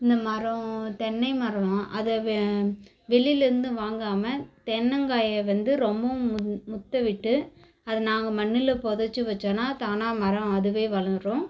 இந்த மரம் தென்னை மரம் அதை வெ வெளியிலேந்து வாங்காமல் தென்னைங்காய வந்து ரொம்பவும் மு முத்தவிட்டு அதை நாங்கள் மண்ணில் புதச்சி வச்சோன்னா தானாக மரம் அதுவே வளரும்